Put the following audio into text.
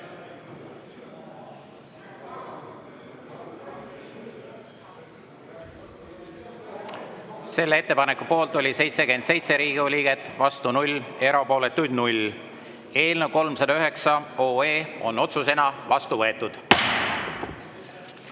Selle ettepaneku poolt oli 77 Riigikogu liiget, vastu 0, erapooletuid 0. Eelnõu 309 on otsusena vastu võetud.